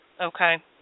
Okay